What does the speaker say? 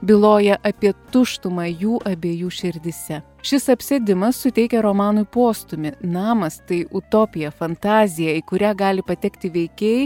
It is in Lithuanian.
byloja apie tuštumą jų abiejų širdyse šis apsėdimas suteikia romanui postūmį namas tai utopija fantazija į kurią gali patekti veikėjai